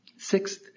Sixth